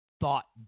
thought